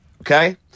okay